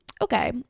okay